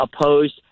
opposed